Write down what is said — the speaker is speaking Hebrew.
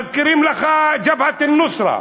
מזכירים לך "ג'בהת א-נוסרה".